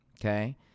Okay